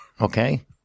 Okay